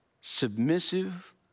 submissive